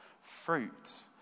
fruit